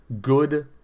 good